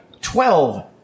Twelve